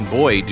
boy